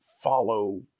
follow